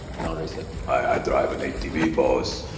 and andre said, i drive an atv, boss.